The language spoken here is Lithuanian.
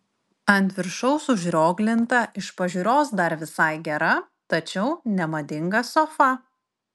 ant viršaus užrioglinta iš pažiūros dar visai gera tačiau nemadinga sofa